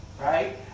right